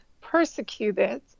persecuted